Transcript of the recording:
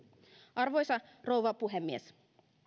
arvoisa rouva puhemies